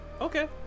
Okay